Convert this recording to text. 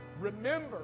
remember